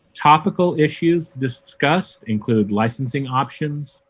topical issues discussed include licensing options,